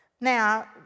Now